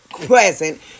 present